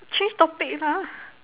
change topic lah